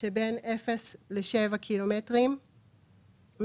ליתרת העסקים מ-0 עד 7 קילומטר את